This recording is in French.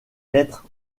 lettres